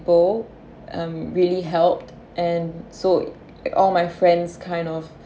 go um really helped and so all my friends kind of